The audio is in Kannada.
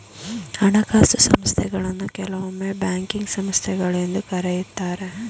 ಹಣಕಾಸು ಸಂಸ್ಥೆಗಳನ್ನು ಕೆಲವೊಮ್ಮೆ ಬ್ಯಾಂಕಿಂಗ್ ಸಂಸ್ಥೆಗಳು ಎಂದು ಕರೆಯುತ್ತಾರೆ